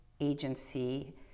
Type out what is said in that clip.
agency